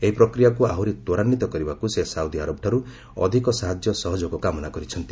ଏହି ପ୍ରକ୍ରିୟାକୁ ଆହୁରି ତ୍ୱରାନ୍ୱିତ କରିବାକୁ ସେ ସାଉଦିଆରବଠାରୁ ଅଧିକ ସାହାଯ୍ୟ ସହଯୋଗ କାମନା କରିଛନ୍ତି